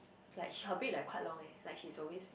like she her break like quite long leh like she's always